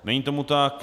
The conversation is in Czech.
Není tomu tak.